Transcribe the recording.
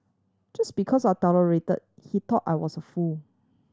just because I tolerated he thought I was a fool